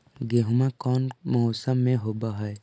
गेहूमा कौन मौसम में होब है?